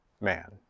man